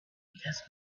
because